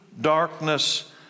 darkness